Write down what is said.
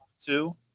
two